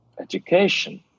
Education